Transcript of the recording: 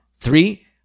Three